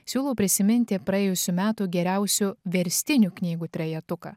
siūlau prisiminti praėjusių metų geriausių verstinių knygų trejetuką